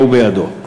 סייעו בידו.